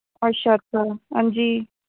अच्छा अच्छा हां जी